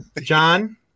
John